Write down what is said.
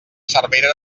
cervera